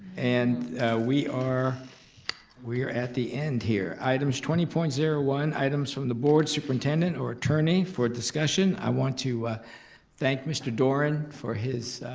and we are we are at the end here. items twenty point zero one, items from the board, superintendent, or attorney for discussion. i want to thank mr. doran for his